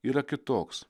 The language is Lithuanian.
yra kitoks